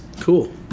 Cool